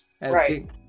Right